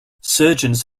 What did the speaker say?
surgeons